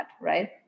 right